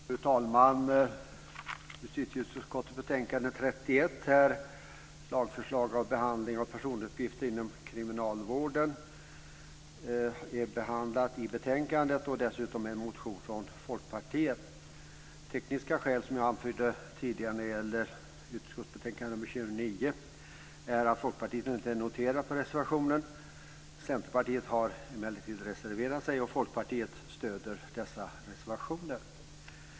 Fru talman! I justitieutskottets betänkande 31 är lagförslaget om behandling av personuppgifter inom kriminalvården behandlat och dessutom en motion från Folkpartiet. Av tekniska skäl, som jag anförde tidigare när det gällde utskottsbetänkandet nr 29, är Folkpartiet inte noterat på någon reservation. Centerpartiet har emellertid reserverat sig, och Folkpartiet stöder dessa reservationer.